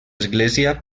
església